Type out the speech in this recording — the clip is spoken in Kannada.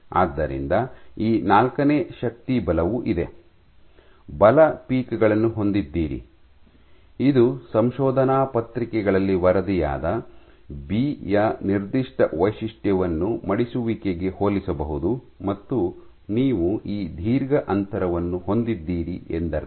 ಆದ್ದರಿಂದ ಈ ನಾಲ್ಕನೇ ಶಕ್ತಿ ಬಲವು ಇದೆ ಬಲ ಪೀಕ್ ಗಳನ್ನು ಹೊಂದಿದ್ದೀರಿ ಇದು ಸಂಶೋಧನಾ ಪತ್ರಿಕೆಗಳಲ್ಲಿ ವರದಿಯಾದ ಬಿ ಯ ನಿರ್ದಿಷ್ಟ ವೈಶಿಷ್ಟ್ಯವನ್ನು ಮಡಿಸುವಿಕೆಗೆ ಹೋಲಿಸಬಹುದು ಮತ್ತು ನೀವು ಈ ದೀರ್ಘ ಅಂತರವನ್ನು ಹೊಂದಿದ್ದೀರಿ ಎಂದರ್ಥ